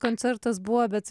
koncertas buvo bet